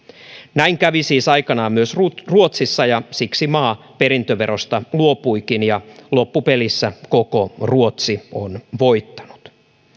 näin kävi aikanaan myös ruotsissa ja siksi maa perintöverosta luopuikin ja loppupelissä koko ruotsi on voittanut